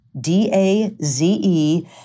D-A-Z-E